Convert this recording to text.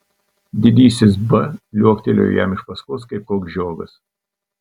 didysis b liuoktelėjo jam iš paskos kaip koks žiogas